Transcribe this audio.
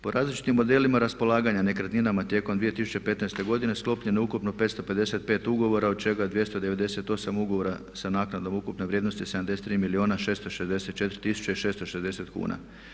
Po različitim modelima raspolaganja nekretninama tijekom 2015. godine sklopljeno je ukupno 555 ugovora, od čega 298 ugovora sa naknadom ukupne vrijednosti 73 milijuna 664 tisuće i 660 kuna.